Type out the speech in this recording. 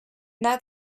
that